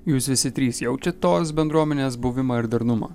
jūs visi trys jaučiat tos bendruomenės buvimą ir darnumą